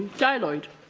dai lloyd